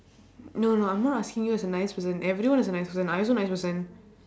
no no I'm not asking you as a nice person everyone is a nice person I also nice person